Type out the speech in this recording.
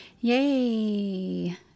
Yay